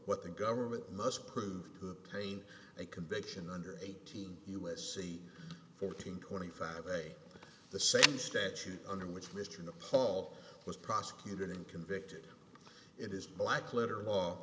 what the government must prove pain a conviction under eighteen u s c fourteen twenty five a the same statute under which mr nepal was prosecuted and convicted it is black letter law